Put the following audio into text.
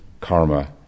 karma